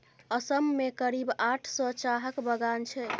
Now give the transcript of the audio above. असम मे करीब आठ सय चाहक बगान छै